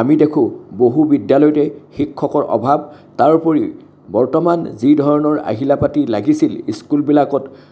আমি দেখোঁ বহু বিদ্যালয়তে শিক্ষকৰ অভাৱ তাৰ উপৰি বৰ্তমান যিধৰণৰ আহিলা পাতি লাগিছিল স্কুলবিলাকত